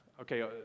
Okay